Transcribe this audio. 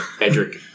Edric